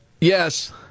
Yes